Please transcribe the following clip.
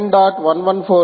114